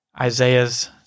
Isaiah's